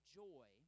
joy